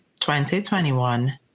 2021